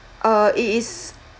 uh it is